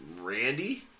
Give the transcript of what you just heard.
Randy